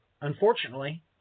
Unfortunately